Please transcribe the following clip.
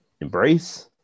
embrace